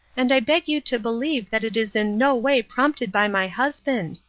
and i beg you to believe that it is in no way prompted by my husband.